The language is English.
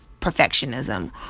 perfectionism